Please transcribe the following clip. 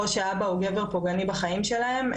או שהאבא הוא גבר פוגעני בחיים שלהם,